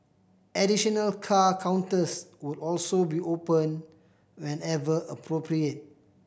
additional car counters would also be opened whenever appropriate